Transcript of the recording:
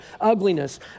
ugliness